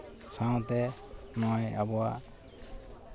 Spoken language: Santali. ᱥᱟᱶᱛᱮ ᱱᱚᱜᱼᱚᱸᱭ ᱟᱵᱚᱣᱟᱜ